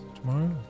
Tomorrow